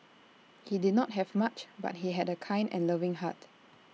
he did not have much but he had A kind and loving heart